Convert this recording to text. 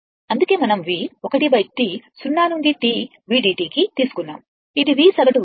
అందుకే మనం V 1 T 0 నుండి T vdt కి తీసుకున్నాము ఇది V సగటు విలువ